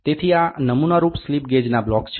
તેથી આ નમૂનારૂપ સ્લિપ ગેજના બ્લોક છે